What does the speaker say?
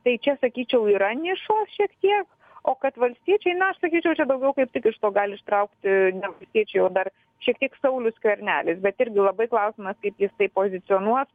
tai čia sakyčiau yra nišos šiek tiek o kad valstiečiai na aš sakyčiau čia daugiau kaip tik iš to gali ištraukti ne valstiečiai o dar šiek tiek saulius skvernelis bet irgi labai klausimas kaip jis tai pozicionuos